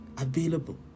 available